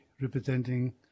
representing